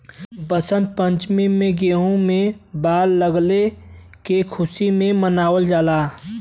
वसंत पंचमी में गेंहू में बाल लगले क खुशी में मनावल जाला